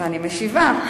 ואני משיבה.